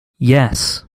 yes